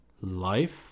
life